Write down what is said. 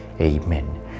Amen